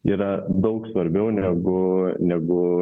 yra daug svarbiau negu negu